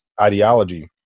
ideology